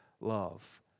love